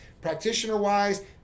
practitioner-wise